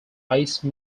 ice